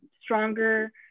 stronger